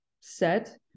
set